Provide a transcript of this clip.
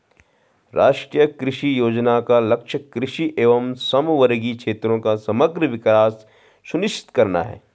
राष्ट्रीय कृषि योजना का लक्ष्य कृषि एवं समवर्गी क्षेत्रों का समग्र विकास सुनिश्चित करना है